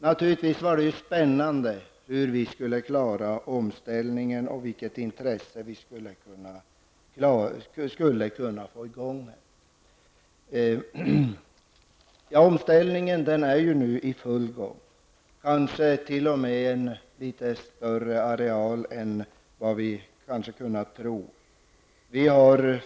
Naturligtvis var det spännande hur vi skulle klara omställningen och vilket intresse vi skulle kunna skapa. Omställningen är nu i full gång, t.o.m. på litet större areal än vad vi kanske kunnat tro.